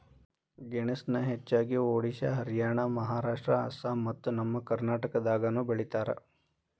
ಗೆಣಸನ ಹೆಚ್ಚಾಗಿ ಒಡಿಶಾ ಹರಿಯಾಣ ಮಹಾರಾಷ್ಟ್ರ ಅಸ್ಸಾಂ ಮತ್ತ ನಮ್ಮ ಕರ್ನಾಟಕದಾಗನು ಬೆಳಿತಾರ